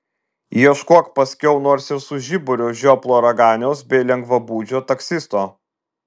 ieškok paskiau nors ir su žiburiu žioplo raganiaus bei lengvabūdžio taksisto